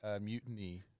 mutiny